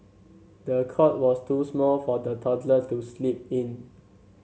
the cot was too small for the toddler to sleep in